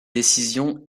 décision